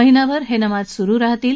महिनाभर हे नमाज सुरु राहतील